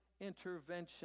intervention